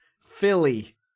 Philly